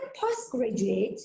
postgraduate